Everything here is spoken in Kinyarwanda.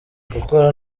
gukora